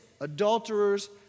adulterers